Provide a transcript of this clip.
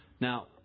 Now